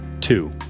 Two